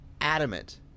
adamant